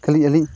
ᱠᱷᱟᱹᱞᱤ ᱟᱹᱞᱤᱧ